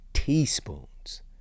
Teaspoons